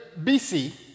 BC